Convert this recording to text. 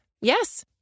Yes